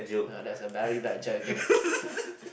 no that's a berry bad joke ain't it